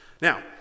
Now